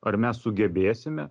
ar mes sugebėsime